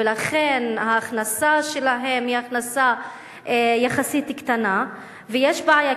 ולכן ההכנסה שלהם היא הכנסה יחסית קטנה ויש בעיה.